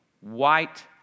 white